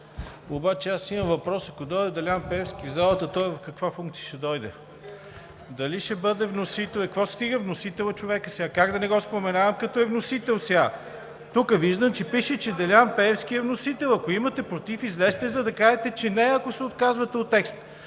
Ако имате против, излезте, за да кажете, че не е, ако се отказвате от текста.